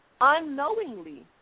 unknowingly